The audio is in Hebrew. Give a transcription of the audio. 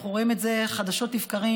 אנחנו רואים את זה חדשות לבקרים,